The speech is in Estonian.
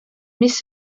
mis